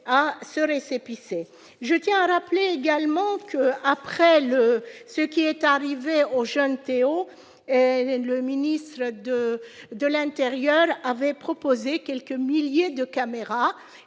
je tiens à rappeler également qu'après le ce qui est arrivé au jeune Théo, le ministre de de l'Intérieur avait proposé quelques milliers de caméras